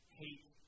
hate